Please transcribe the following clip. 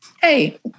Hey